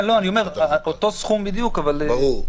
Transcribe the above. אני אומר שרק אותו סכום בדיוק, אבל --- ברור.